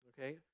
Okay